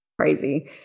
crazy